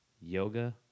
Yoga